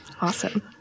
Awesome